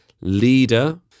leader